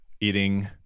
eating